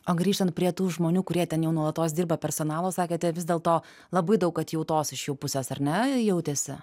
o grįžtant prie tų žmonių kurie ten jau nuolatos dirba personalo sakėte vis dėl to labai daug atjautos iš jų puses ar ne jautėsi